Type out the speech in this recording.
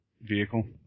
vehicle